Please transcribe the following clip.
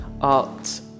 art